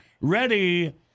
Ready